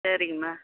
சரிங்கம்மா